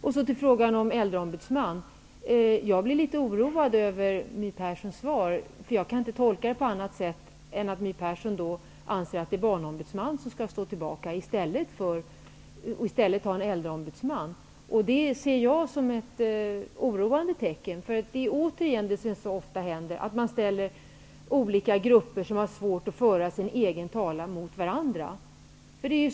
När det gäller en äldreombudsman blir jag litet oroad över My Perssons svar, då jag inte kan tolka det på annat sätt än att My Persson anser att barnombudsmannen skall stå tillbaka för en äldreombudsman. Det ser jag som ett oroande tecken. Det är återigen så, som så ofta händer, att man ställer olika grupper som har svårt att föra sin egen talan mot varandra.